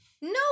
No